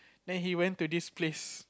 then he went to this place